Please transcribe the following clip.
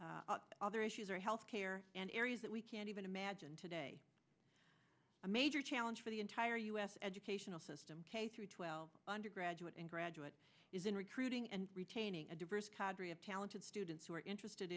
water other issues are health care and areas that we can't even imagine today a major challenge for the entire u s educational system k through twelve undergraduate and graduate is in recruiting and retaining a diverse cadre of talented students who are interested